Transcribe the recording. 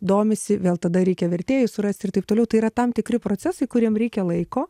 domisi vėl tada reikia vertėjų surasti ir taip toliau tai yra tam tikri procesai kuriem jie reikia laiko